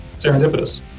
serendipitous